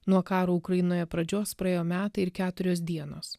nuo karo ukrainoje pradžios praėjo metai ir keturios dienos